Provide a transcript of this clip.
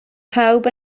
pawb